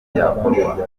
byakorwaga